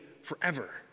forever